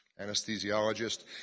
anesthesiologist